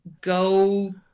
go